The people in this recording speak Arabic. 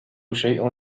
شيء